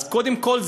אז קודם כול,